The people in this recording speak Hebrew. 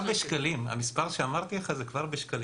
המספר שאמרתי הוא כבר בשקלים.